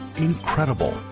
incredible